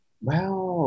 Wow